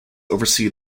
oversee